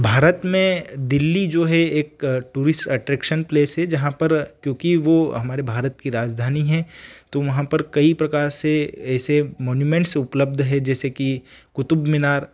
भारत में दिल्ली जो है एक टूरिस्ट अट्रैक्शन प्लेस है जहाँ पर क्योंकि वह हमारे भारत की राजधानी है तो वहाँ पर कई प्रकार से ऐसे मोन्यूमेंट्स उपलब्ध हैं जैसे कि कुतुब मीनार